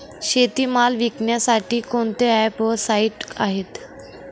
शेतीमाल विकण्यासाठी कोणते ॲप व साईट आहेत?